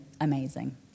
amazing